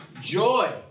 Joy